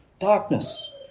darkness